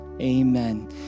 amen